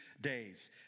days